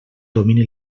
domini